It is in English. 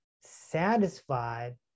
satisfied